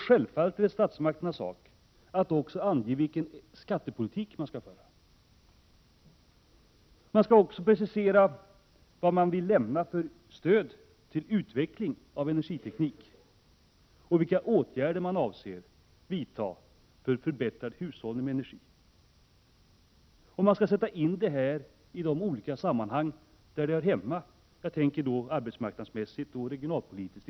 Självfallet är det statsmakternas sak att också ange vilken energiskattepolitik man skall föra. Statsmakterna skall vidare precisera vilket stöd de vill lämna för utveckling av energiteknik och vilka åtgärder de avser vidta för en förbättrad hushållning med energi. Man skall också sätta in dessa beslut i de sammanhang där det hör hemma. Jag syftar då på bl.a. arbetsmarknadsoch regionalpolitiken.